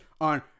on